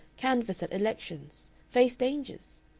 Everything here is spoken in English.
canvass at elections? face dangers?